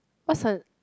what's her